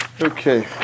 Okay